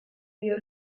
dio